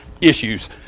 issues